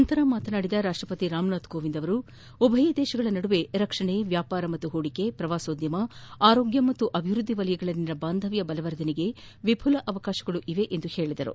ನಂತರ ಮಾತನಾಡಿದ ರಾಷ್ಷಪತಿ ರಾಮನಾಥ್ ಕೋವಿಂದ್ ಉಭಯ ದೇಶಗಳ ನಡುವೆ ರಕ್ಷಣೆ ವ್ಲಾಪಾರ ಮತ್ತು ಹೂಡಿಕೆ ಪ್ರವಾಸೋದ್ಯಮ ಆರೋಗ್ಯ ಮತ್ತು ಅಭಿವ್ಯದ್ದಿ ವಲಯಗಳಲ್ಲಿನ ಬಾಂಧವ್ಯ ಬಲವರ್ಧನೆಗೆ ವಿಘುಲ ಅವಕಾಶಗಳಿವೆ ಎಂದು ಹೇಳಿದರು